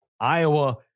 Iowa